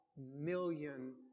million